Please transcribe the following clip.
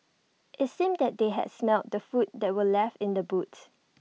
IT seemed that they had smelt the food that were left in the boot